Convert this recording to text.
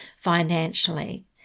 financially